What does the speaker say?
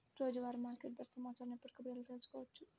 రోజువారీ మార్కెట్ ధర సమాచారాన్ని ఎప్పటికప్పుడు ఎలా తెలుసుకోవచ్చు?